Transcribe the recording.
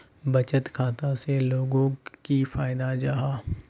बचत खाता से लोगोक की फायदा जाहा?